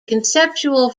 conceptual